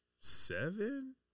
seven